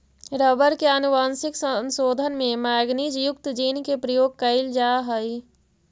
rubber के आनुवंशिक संशोधन में मैगनीज युक्त जीन के प्रयोग कैइल जा हई